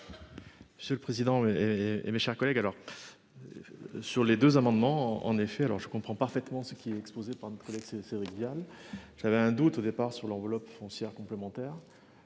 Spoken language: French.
Monsieur le président. Et et, mes chers collègues, alors. Sur les deux amendements en effet alors je comprends parfaitement ce qui est exposé par notre collègue c'est Cédric Vial. J'avais un doute au départ sur l'enveloppe foncière complémentaires.